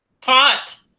pot